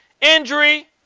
injury